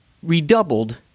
redoubled